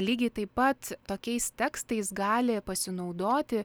lygiai taip pat tokiais tekstais gali pasinaudoti